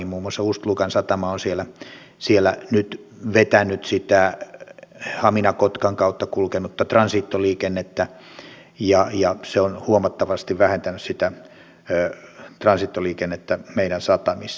muun muassa ust lugan satama on siellä nyt vetänyt sitä hamina kotkan kautta kulkenutta transitoliikennettä ja se on huomattavasti vähentänyt sitä transitoliikennettä meidän satamissa